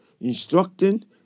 instructing